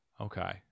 Okay